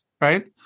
right